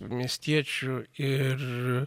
miestiečių ir